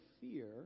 fear